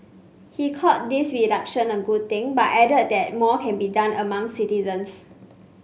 he called this reduction a good thing but added that more can be done among citizens